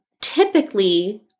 typically